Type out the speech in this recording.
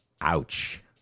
Ouch